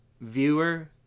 viewer